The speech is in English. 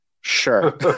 Sure